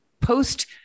post